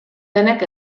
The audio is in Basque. denek